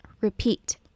repeat